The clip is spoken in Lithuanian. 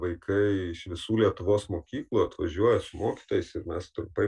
vaikai iš visų lietuvos mokyklų atvažiuoja su mokytojais ir mes trumpai